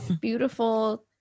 Beautiful